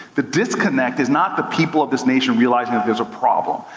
the disconnect is not the people of this nation realizing that there's a problem.